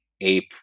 ape